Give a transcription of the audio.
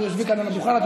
ביושבי כאן על הדוכן.